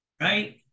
right